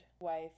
wife